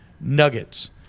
Nuggets